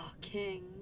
King